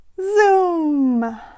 Zoom